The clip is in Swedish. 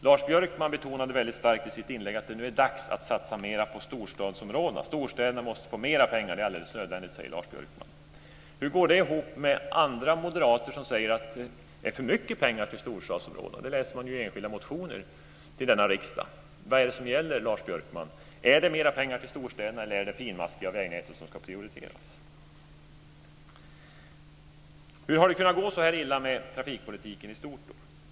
Lars Björkman betonade väldigt starkt i sitt inlägg att det nu är dags att satsa mera på storstadsområdena. Storstäderna måste få mer pengar. Det är alldeles nödvändigt, säger Lars Björkman. Hur går det ihop med andra moderater som säger att det är för mycket pengar till storstadsområdena? Det läser man ju i enskilda motioner till denna riksdag. Vad är det som gäller, Lars Björkman? Är det mera pengar till storstäderna, eller är det det finmaskiga vägnätet som ska prioriteras? Hur har det kunnat gå så här illa med trafikpolitiken i stort?